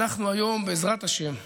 אנחנו היום, בעזרת השם,